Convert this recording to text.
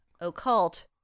occult